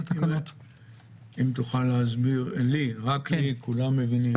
אמרה ד"ר אלרעי פרייס שיש ויכוח מי מממן